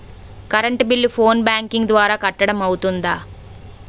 Current bill phone banking ద్వారా కట్టడం అవ్తుందా?